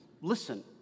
Listen